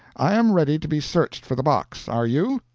i am ready to be searched for the box. are you?